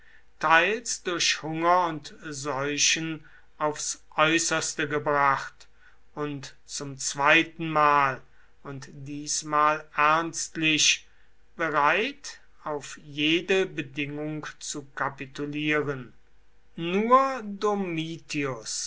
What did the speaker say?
teils durch hunger und seuchen aufs äußerste gebracht und zum zweitenmal und diesmal ernstlich bereit auf jede bedingung zu kapitulieren nur domitius